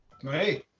hey